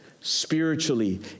spiritually